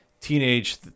teenage